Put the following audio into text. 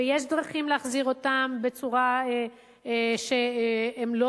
ויש דרכים להחזיר אותם בצורה שהם לא